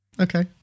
Okay